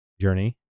journey